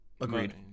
Agreed